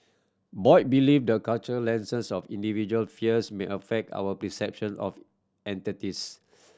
boy believe the cultural lenses of individual fears may affect our perception of entities